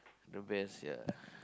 the best ya